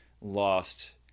lost